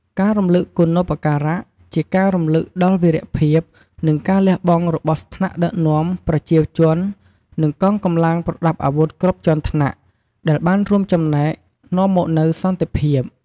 ការរំលឹកគុណូបការ ជាការរំលឹកដល់វីរភាព និងការលះបង់របស់ថ្នាក់ដឹកនាំ ប្រជាជន និងកងកម្លាំងប្រដាប់អាវុធគ្រប់ជាន់ថ្នាក់ ដែលបានរួមចំណែកនាំមកនូវសន្តិភាព។